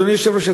אדוני היושב-ראש,